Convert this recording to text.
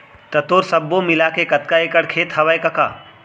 त तोर सब्बो मिलाके कतका एकड़ खेत हवय कका?